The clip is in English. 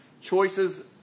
choices